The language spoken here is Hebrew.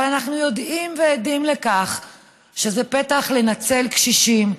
אבל אנחנו יודעים ועדים לכך שזה פתח לנצל קשישים,